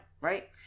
Right